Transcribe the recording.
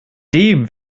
dem